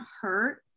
hurt